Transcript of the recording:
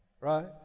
Right